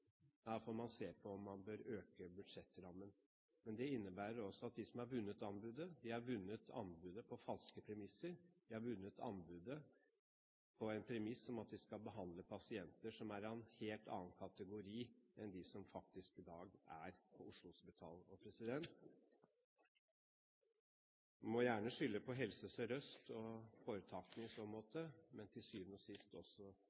får man se på om man bør øke budsjettrammen. Men det innebærer at de som har vunnet anbudet, har vunnet det på falske premisser. De har vunnet anbudet på en premiss om at de skal behandle pasienter som er av en helt annen kategori enn dem som faktisk er ved Oslo Hospital i dag. En må gjerne skylde på Helse Sør-Øst og foretakene i så måte, men til syvende og sist